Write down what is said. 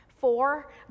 Four